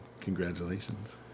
Congratulations